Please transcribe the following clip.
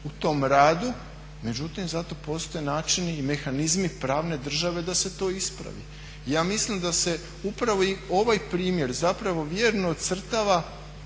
u tom radu, međutim zato postoje načini i mehanizmi pravne države da se to ispravi. Ja mislim da se upravo ovaj primjer zapravo vjerno ocrtava